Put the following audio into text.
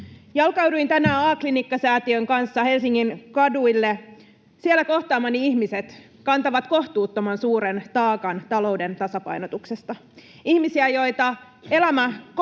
Jalkauduin tänään A-klinikkasäätiön kanssa Helsingin kaduille. Siellä kohtaamani ihmiset kantavat kohtuuttoman suuren taakan talouden tasapainotuksesta. Ihmisiä, joita elämä